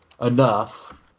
enough